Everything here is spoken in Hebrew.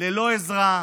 ללא עזרה,